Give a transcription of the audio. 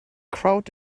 crowd